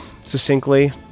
succinctly